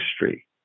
history